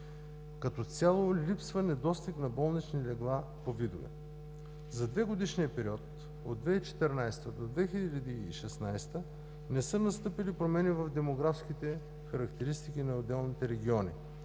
Като цяло липсва недостиг на болнични легла по видове. За двегодишния период – от 2014 г. до 2016 г., не са настъпили промени в демографските характеристики на отделните региони.